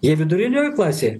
jie vidurinioji klasė